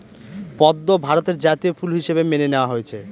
পদ্ম ভারতের জাতীয় ফুল হিসাবে মেনে নেওয়া হয়েছে